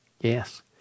Yes